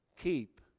keep